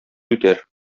үтәр